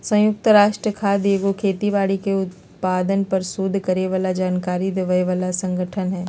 संयुक्त राष्ट्र खाद्य एगो खेती बाड़ी के उत्पादन पर सोध करे बला जानकारी देबय बला सँगठन हइ